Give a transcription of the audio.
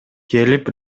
келип